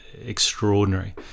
extraordinary